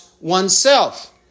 oneself